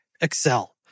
Excel